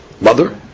mother